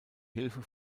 hilfe